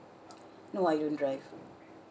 no I don't drive